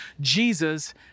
Jesus